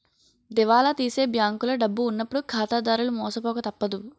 దివాలా తీసే బ్యాంకులో డబ్బు ఉన్నప్పుడు ఖాతాదారులు మోసపోక తప్పదు